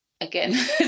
again